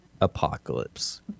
apocalypse